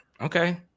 okay